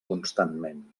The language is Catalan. constantment